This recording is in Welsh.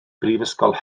brifysgol